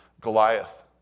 Goliath